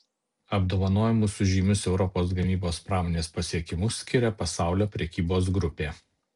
apdovanojimus už žymius europos gamybos pramonės pasiekimus skiria pasaulio prekybos grupė